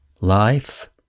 life